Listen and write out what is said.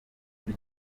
muri